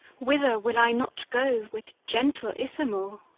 whither will i not go with gentle ithamore?